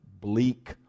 bleak